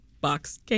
box